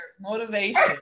motivation